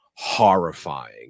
Horrifying